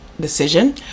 decision